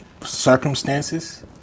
circumstances